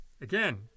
Again